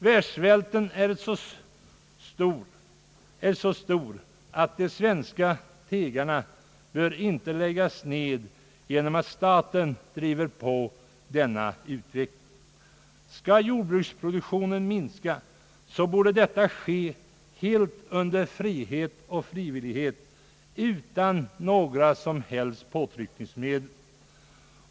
: Världssvälten är så stor att de svenska tegarna inte bör läggas ner genom att staten driver på utvecklingen. Skall jordbruksproduktionen minska, borde det ske helt och hållet under frihet och frivillighet utan några som helst påtryckningsmedel.